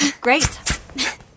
Great